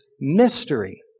mystery